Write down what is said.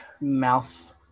mouth